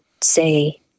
say